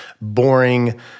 boring